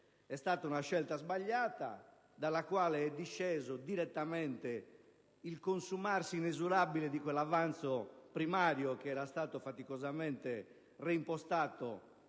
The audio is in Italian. è stata una scelta sbagliata, dalla quale è disceso direttamente il consumarsi inesorabile di quell'avanzo primario che era stato faticosamente reimpostato